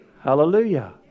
Hallelujah